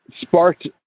sparked